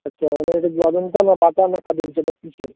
আচ্ছা মানে এইটা কি অজন্তা না বাটা না খাদিমস এটা কীসের